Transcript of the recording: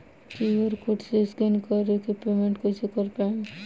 QR code से scan कर के पेमेंट कइसे कर पाएम?